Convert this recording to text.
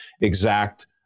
exact